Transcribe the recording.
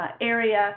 area